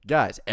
Guys